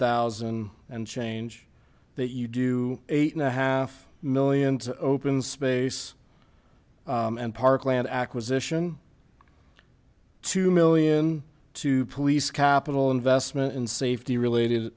thousand and change that you do eight and a half million open space and park land acquisition two million to police capital investment in safety related